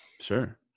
sure